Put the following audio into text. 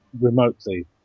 remotely